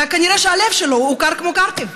וכנראה שהלב שלו הוא קר כמו קרטיב,